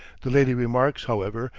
the lady remarks, however,